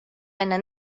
aina